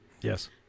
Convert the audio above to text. Yes